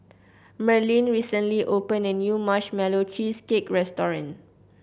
Merlene recently opened a new Marshmallow Cheesecake restaurant